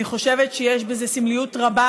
אני חושבת שיש סמליות רבה